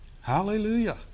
Hallelujah